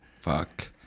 Fuck